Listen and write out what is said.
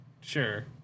Sure